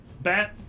bat